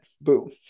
Boom